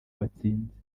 watsinze